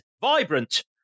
vibrant